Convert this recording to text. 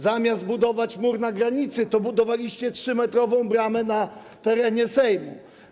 Zamiast budować mur na granicy, budowaliście 3-metrową bramę na terenie Sejmu.